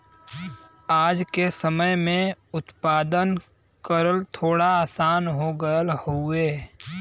आज के समय में उत्पादन करल थोड़ा आसान हो गयल हउवे